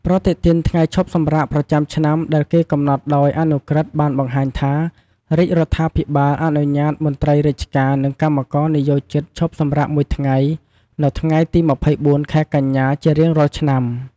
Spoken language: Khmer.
ប្រតិទិនថ្ងៃឈប់សម្រាកប្រចាំឆ្នាំដែលកំណត់ដោយអនុក្រឹត្យបានបង្ហាញថា រាជរដ្ឋាភិបាលអនុញ្ញាតមន្ត្រីរាជការនិងកម្មករនិយោជិតឈប់សម្រាកមួយថ្ងៃនៅថ្ងៃទី២៤ ខែកញ្ញា ជារៀងរាល់ឆ្នាំ។